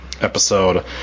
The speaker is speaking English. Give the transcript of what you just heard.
episode